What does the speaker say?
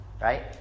right